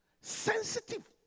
Sensitive